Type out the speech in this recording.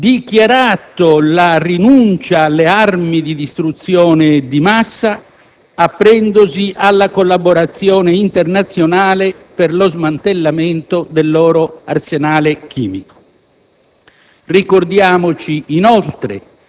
e avevano dichiarato la rinuncia alle armi di distruzione di massa, aprendosi alla collaborazione internazionale per lo smantellamento del loro arsenale chimico.